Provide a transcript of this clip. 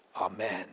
Amen